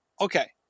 Okay